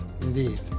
Indeed